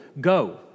go